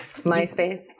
MySpace